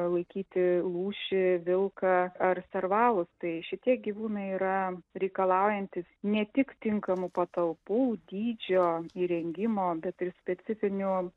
laikyti lūšį vilką ar servalus tai šitie gyvūnai yra reikalaujantys ne tik tinkamų patalpų dydžio įrengimo bet ir specifinių